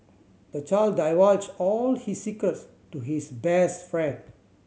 the child divulged all his secrets to his best friend